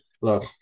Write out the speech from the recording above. Look